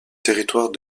territoire